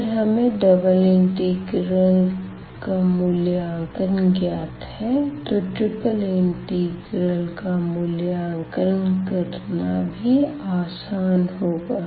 अगर हमें double integral का मूल्यांकन ज्ञात है तो ट्रिपल इंटीग्रल का मूल्यांकन करना भी आसान होगा